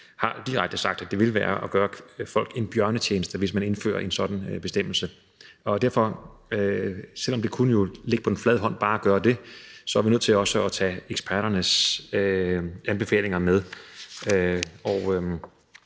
direkte har sagt, at det ville være at gøre folk en bjørnetjeneste, hvis man indførte en sådan bestemmelse. Så selv om det kunne ligge på den flade hånd bare at gøre det, er vi nødt til også at tage eksperternes anbefalinger med.